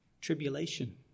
Tribulation